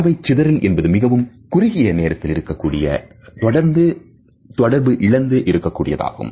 பார்வையை சிதறல் என்பது மிகவும் குறுகிய நேரம் இருக்கக்கூடிய தொடர்ந்து தொடர்பு இழந்து இருக்கக்கூடிய தாகும்